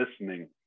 listening